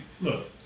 look